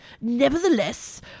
nevertheless